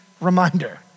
reminder